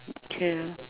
okay